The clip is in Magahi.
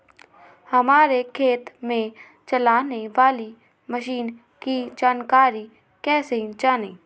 हमारे खेत में चलाने वाली मशीन की जानकारी कैसे जाने?